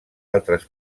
altres